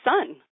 son